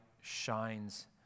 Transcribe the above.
shines